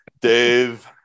Dave